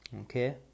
Okay